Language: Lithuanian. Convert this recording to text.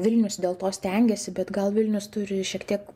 vilnius dėl to stengiasi bet gal vilnius turi šiek tiek